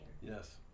Yes